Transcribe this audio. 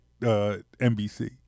NBC